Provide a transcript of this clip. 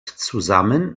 zusammen